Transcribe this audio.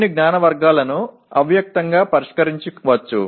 కొన్ని జ్ఞాన వర్గాలను అవ్యక్తంగా పరిష్కరించవచ్చు